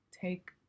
take